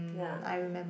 ya